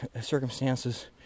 circumstances